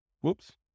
Whoops